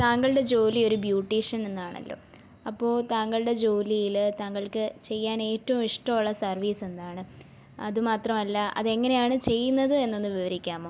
താങ്കളുടെ ജോലി ഒരു ബ്യൂട്ടീഷൻ എന്നാണല്ലോ അപ്പോൾ താങ്കളുടെ ജോലിയിൽ താങ്കൾക്ക് ചെയ്യാൻ ഏറ്റവും ഇഷ്ടമുള്ള സർവ്വീസ് എന്താണ് അതുമാത്രമല്ല അത് എങ്ങനെയാണ് ചെയ്യുന്നത് എന്നൊന്ന് വിവരിക്കാമോ